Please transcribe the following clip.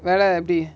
வேல எப்டி:vela epdi